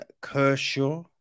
Kershaw